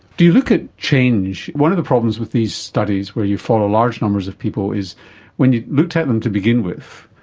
do you look at change? one of the problems with these studies where you follow large numbers of people is when you looked at them to begin with,